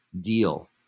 deal